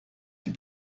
die